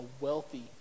wealthy